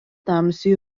tamsiai